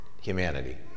humanity